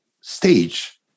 stage